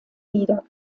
nieder